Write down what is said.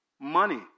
money